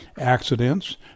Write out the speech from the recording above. accidents